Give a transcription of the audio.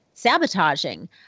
Sabotaging